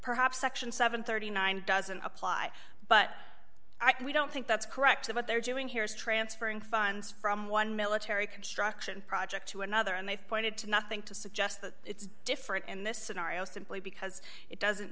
perhaps section seven hundred and thirty nine doesn't apply but we don't think that's correct that what they're doing here is transferring funds from one military construction project to another and they've pointed to nothing to suggest that it's different in this scenario simply because it doesn't